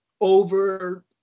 Over